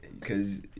cause